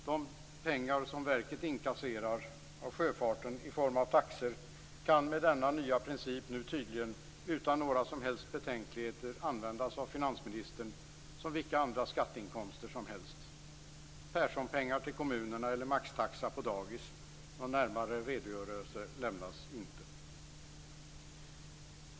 De pengar som verket inkasserat av sjöfarten i form av taxor kan, med denna nya princip, nu tydligen utan några som helst betänkligheter användas av finansministern som vilka andra skatteinkomster som helst. Det kan handla om Personpengar till kommunerna eller maxtaxa på dagis. Någon närmare redogörelse lämnas inte.